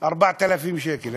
4,000 שקל.